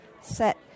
set